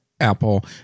Apple